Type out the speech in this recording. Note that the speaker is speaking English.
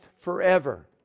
forever